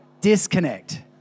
Disconnect